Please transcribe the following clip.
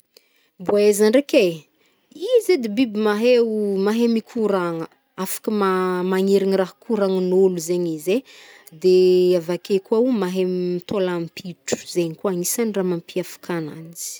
Boeza ndraiky e, izy edy biby mahey- mahey mikoragna, afka ma- magnery ny raha koragn'olo zegny izy e. Avake kôo mahey mitolagnampitro, zey ko anisan'ny raha mampiavka agnanjy.